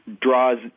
draws